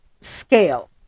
scale